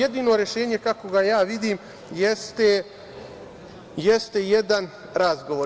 Jedino rešenje, kako ga ja vidim, jeste jedan razgovor.